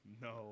No